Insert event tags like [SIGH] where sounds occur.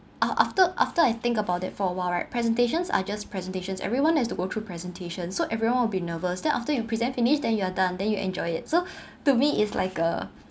a~ after after I think about it for a while right presentations are just presentations everyone has to go through presentation so everyone will be nervous then after you present finish then you are done then you enjoy it so [BREATH] to me is like a